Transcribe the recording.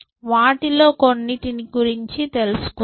వాటిలో కొన్నిటిని గురించి తెలుసుందాం